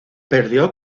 perdió